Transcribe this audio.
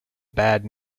bad